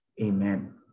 Amen